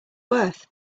worth